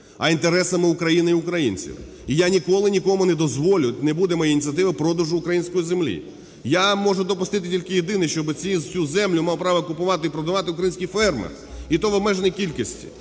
а інтересами України і українців. І я ніколи нікому не дозволю, не буде моєї ініціативи продажу української землі. Я можу допустити тільки єдине: щоб цю землю мав право купувати і продавати український фермер і то в обмеженій кількості.